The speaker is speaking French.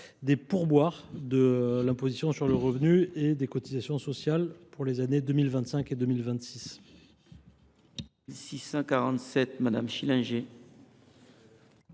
des pourboires de l’imposition sur le revenu et des cotisations sociales pour les années 2025 et 2026.